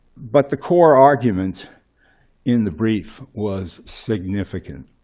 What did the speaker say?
but the core argument in the brief was significant.